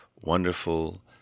wonderful